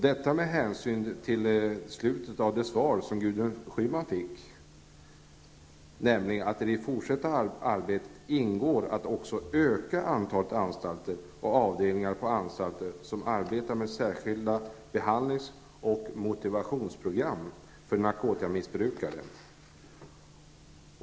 Jag hänvisar till slutet av det svar som Gudrun Schyman fick på sin interpellation, nämligen att det i det fortsatta arbetet ingår att också öka antalet anstalter och avdelningar på anstalter som arbetar med särskilda behandlings och motivationsprogram för narkotikamissbrukare.